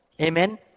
Amen